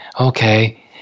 okay